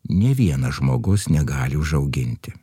nė vienas žmogus negali užauginti